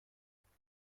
نرفته